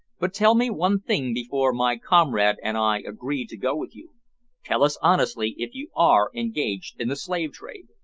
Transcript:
but tell me one thing before my comrade and i agree to go with you tell us honestly if you are engaged in the slave-trade.